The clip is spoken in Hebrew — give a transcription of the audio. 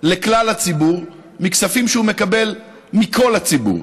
לכלל הציבור מכספים שהוא מקבל מכל הציבור,